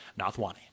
Nathwani